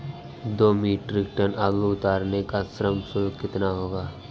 दो metric ton आलू उतारने का श्रम शुल्क कितना होगा?